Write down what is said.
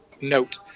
note